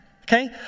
Okay